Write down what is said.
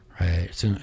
right